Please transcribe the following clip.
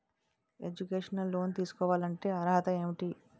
Educational loan తీసుకోవాలంటే అర్హత ఏంటి?